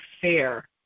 fair